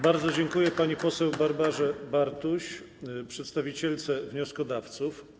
Bardzo dziękuję pani poseł Barbarze Bartuś, przedstawicielce wnioskodawców.